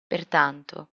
pertanto